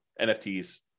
NFTs